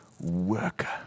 worker